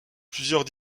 plusieurs